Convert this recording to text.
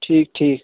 ٹھیٖک ٹھیٖک